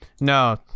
No